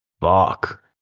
Fuck